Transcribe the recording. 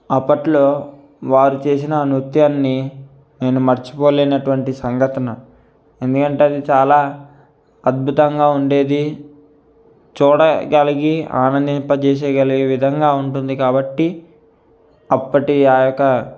అప్పట్లో వారు చేసిన నృత్యాన్ని నేను మర్చిపోలేనటువంటి సంఘటన ఎందుకంటే అది చాలా అద్భుతంగా ఉండేది చూడగలిగి ఆనందింపచేయగలిగే విధంగా ఉంటుంది కాబట్టి అప్పటి ఆ యొక్క